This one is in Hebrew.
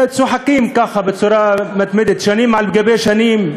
וצוחקים, ככה, בצורה מתמדת, שנים על גבי שנים,